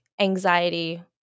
anxiety